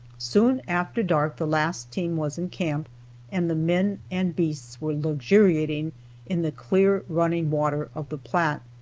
soon after dark the last team was in camp and the men and beasts were luxuriating in the clear running water of the platte.